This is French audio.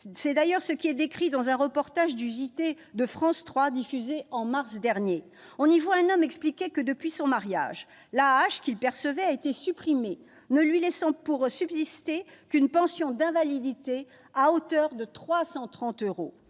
C'est d'ailleurs le phénomène qui est décrit dans un reportage du journal télévisé de France 3 diffusé en mars dernier. On y voit un homme expliquer que, depuis son mariage, l'AAH qu'il percevait a été supprimée, ce qui ne lui laisse pour subsister qu'une pension d'invalidité de 330 euros.